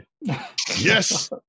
Yes